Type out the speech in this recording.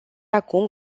acum